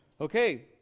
Okay